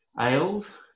ales